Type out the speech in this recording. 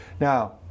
Now